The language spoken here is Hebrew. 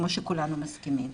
כמו שכולנו מסכימים.